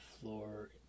floor